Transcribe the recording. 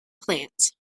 plants